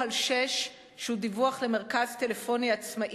בטוח ושזה אפשרי לגבות סתם כספים.